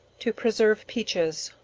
to preserve peaches.